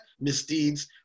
misdeeds